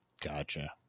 Gotcha